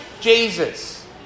Jesus